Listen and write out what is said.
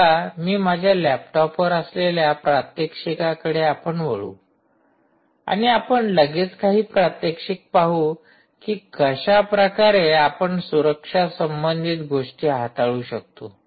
आता मी माझ्या लॅपटॉप वर असलेल्या प्रात्यक्षिकाकडे आपण वळू आणि आपण लगेच काही प्रात्यक्षिक पाहू की कशाप्रकारे आपण सुरक्षा संबंधित गोष्टी हाताळू शकतो